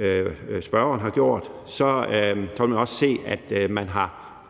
at spørgeren har gjort, vil man også se, at man har